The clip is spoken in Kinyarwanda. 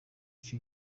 icyo